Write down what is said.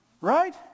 Right